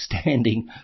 standing